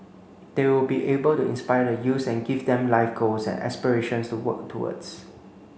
they will be able to inspire the youths and give them life goals and aspirations to work towards